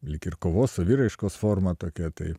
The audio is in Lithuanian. lyg ir kovos saviraiškos forma tokia tai